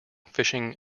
fishing